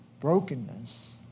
brokenness